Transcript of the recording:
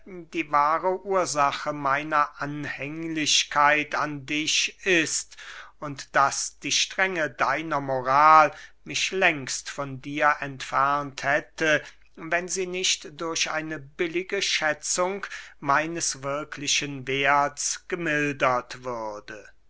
die wahre ursache meiner anhänglichkeit an dich ist und daß die strenge deiner moral mich längst von dir entfernt hätte wenn sie nicht durch eine billige schätzung meines wirklichen werths gemildert würde